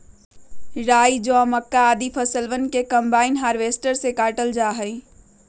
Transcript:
राई, जौ, मक्का, आदि फसलवन के कम्बाइन हार्वेसटर से काटल जा हई